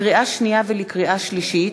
לקריאה שנייה ולקריאה שלישית: